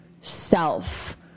self